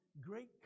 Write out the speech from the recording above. great